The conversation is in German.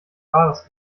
wahres